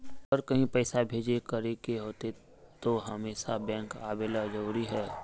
अगर कहीं पैसा भेजे करे के होते है तो हमेशा बैंक आबेले जरूरी है?